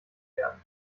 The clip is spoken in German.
werden